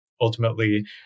ultimately